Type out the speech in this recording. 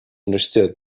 understood